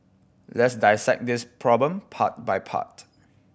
let's dissect this problem part by part